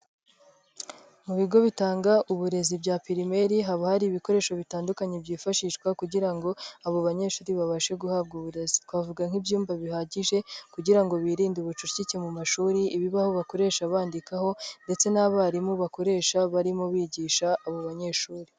Mu bigo bitanga uburezi bya pirimeri haba hari ibikoresho bitandukanye byifashishwa kugira ngo abo banyeshuri babashe guhabwa uburezi. Twavuga nk'ibyumba bihagije kugira ngo birinde ubucucike mu mashuri, ibibaho bakoresha bandikaho ndetse n'abarimu bakoresha barimo bigisha abo banyeshuri.